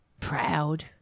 proud